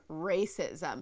racism